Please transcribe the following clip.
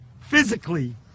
physically